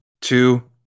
two